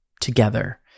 together